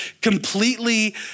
completely